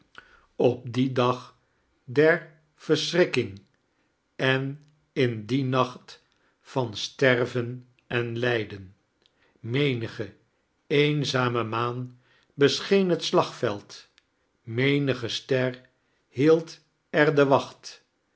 op dien dag der verschrikking en in dien nacht van sterven en lijden menige eenzame maan bescheen liet slagveld menige ster hield er de wacht